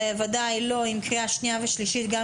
בוודאי לא עם קריאה שנייה ושלישית גם